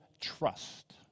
trust